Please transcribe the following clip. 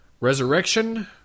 resurrection